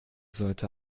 sollte